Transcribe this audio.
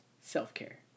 Self-care